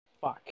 Fuck